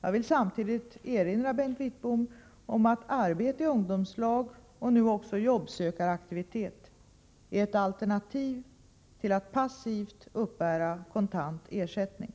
Jag vill samtidigt erinra Bengt Wittbom om att arbete i ungdomslag och nu också jobbsökaraktivitet är ett alternativ till att passivt uppbära kontant ersättning.